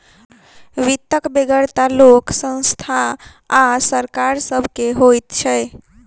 वित्तक बेगरता लोक, संस्था आ सरकार सभ के होइत छै